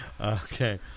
Okay